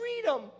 freedom